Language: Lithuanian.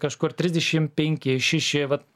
kažkur trisdešim penki šeši vat